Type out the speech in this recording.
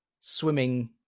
swimming